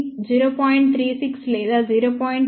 36 లేదా 0